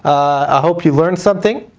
i hope you learned something.